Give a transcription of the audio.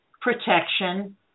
protection